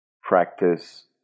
practice